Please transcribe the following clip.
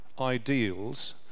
ideals